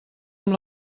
amb